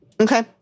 Okay